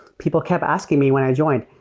people kept asking me when i joined,